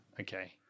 Okay